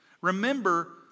Remember